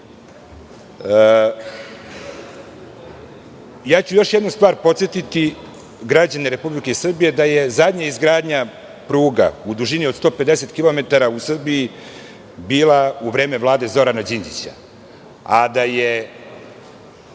još jednu stvar građane Republike Srbije, da je zadnja izgradnja pruga u dužini od 150 km u Srbiji bila u vreme Vlade Zorana Đinđića, a da je